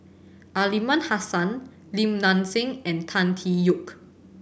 Aliman Hassan Lim Nang Seng and Tan Tee Yoke